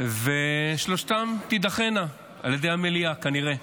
ושלושתן תידחנה על ידי המליאה, כנראה: